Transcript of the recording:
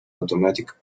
automatic